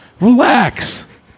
Relax